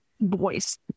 boys